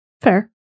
Fair